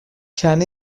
can